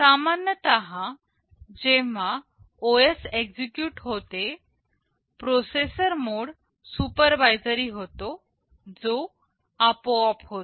सामान्यतः जेव्हा OS execute होते प्रोसेसर मोड सुपरवाइजरी होतो जो आपोआप होतो